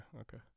okay